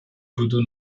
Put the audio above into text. würde